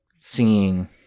seeing